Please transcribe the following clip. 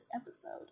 episode